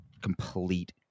complete